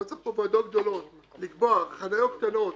לא צריך פה ועדות גדולות לקבוע: חניות קטנות